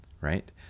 right